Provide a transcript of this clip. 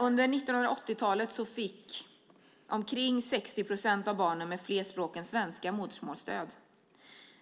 Under 1980-talet fick omkring 60 procent av barnen med fler språk än svenska modersmålsstöd.